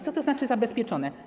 Co to znaczy: zabezpieczone?